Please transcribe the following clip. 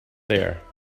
there